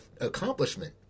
accomplishment